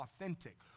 authentic